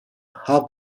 how